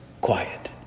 quiet